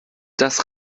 das